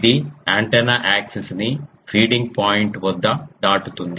ఇది antenna axis ని feeding point వద్ద దాటుతుంది